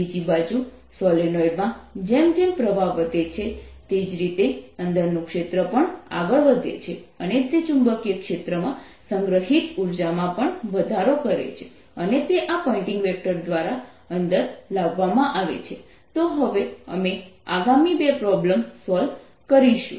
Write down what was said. બીજી બાજુ સોલેનોઇડમાં જેમ જેમ પ્રવાહ વધે છે તે જ રીતે અંદરનું ક્ષેત્ર પણ આગળ વધે છે અને તે ચુંબકીય ક્ષેત્રમાં સંગ્રહિત ઉર્જામાં પણ વધારો કરી રહ્યું છે અને તે આ પોઇન્ટિંગ વેક્ટર દ્વારા અંદર લાવવામાં આવે છે તો હવે અમે આગામી બે પ્રોબ્લેમ સોલ્વ કરીશું